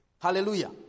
Hallelujah